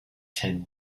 tin